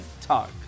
Talk